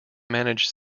manage